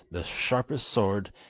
the sharpest sword,